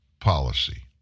policy